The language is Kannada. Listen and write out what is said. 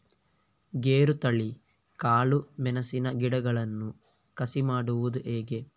ಗೇರುತಳಿ, ಕಾಳು ಮೆಣಸಿನ ಗಿಡಗಳನ್ನು ಕಸಿ ಮಾಡುವುದು ಹೇಗೆ?